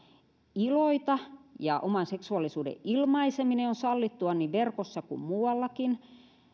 iloita ja oman seksuaalisuuden ilmaiseminen on sallittua niin verkossa kuin muuallakin